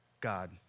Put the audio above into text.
God